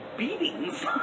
Beatings